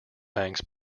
banks